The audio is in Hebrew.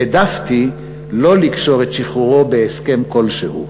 העדפתי לא לקשור את שחרורו בהסכם כלשהו".